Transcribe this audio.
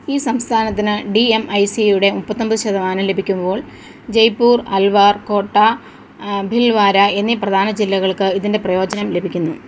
ഈ സംസ്ഥാനത്തിന് D M I C യുടെ മുപ്പത്തൊമ്പത് ശതമാനം ലഭിക്കുമ്പോള് ജയ്പൂർ അൽവാർ കോട്ട ഭിൽവാര എന്നീ പ്രധാന ജില്ലകൾക്ക് ഇതിന്റെ പ്രയോജനം ലഭിക്കുന്നു